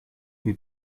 who